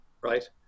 right